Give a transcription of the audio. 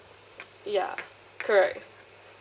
ya correct